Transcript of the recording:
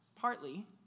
partly